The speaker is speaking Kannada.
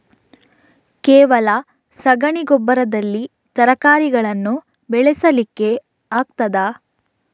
ಕೇವಲ ಸಗಣಿ ಗೊಬ್ಬರದಲ್ಲಿ ತರಕಾರಿಗಳನ್ನು ಬೆಳೆಸಲಿಕ್ಕೆ ಆಗ್ತದಾ?